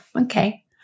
okay